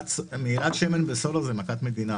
היא מכת מדינה.